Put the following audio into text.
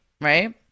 right